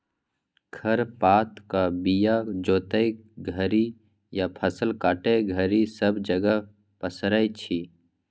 खर पातक बीया जोतय घरी या फसल काटय घरी सब जगह पसरै छी